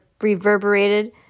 reverberated